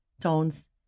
tones